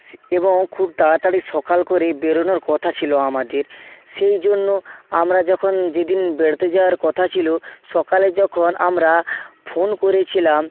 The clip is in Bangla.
সে এবং খুব তাড়াতাড়ি সকাল করে বেরোনোর কথা ছিলো আমাদের সেই জন্য আমরা যখন যে দিন বেড়াতে যাওয়ার কথা ছিলো সকালে যখন আমরা ফোন করেছিলাম